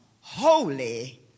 holy